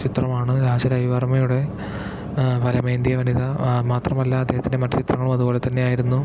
ചിത്രമാണ് രാജ രവിവർമ്മയുടെ ഫലമേന്തിയ വനിത മാത്രമല്ല അദ്ദേഹത്തിൻ്റെ മറ്റു ചിത്രങ്ങളും അതുപോലെത്തന്നെയായിരുന്നു